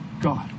God